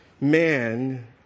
man